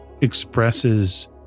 expresses